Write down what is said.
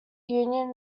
union